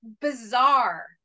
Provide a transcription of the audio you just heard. bizarre